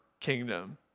kingdom